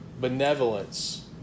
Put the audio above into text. benevolence